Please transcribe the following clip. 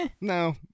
no